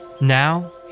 Now